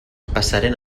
passaren